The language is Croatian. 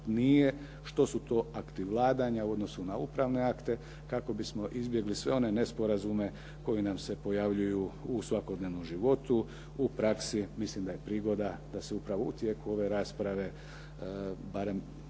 nije, što su to akti vladanja u odnosu na upravne akte kako bismo izbjegli sve one nesporazume koji nam se pojavljuju u svakodnevnom životu, u praksi. Mislim da je prigoda da se upravo u tijeku ove rasprave barem